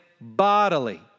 bodily